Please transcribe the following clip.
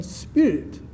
spirit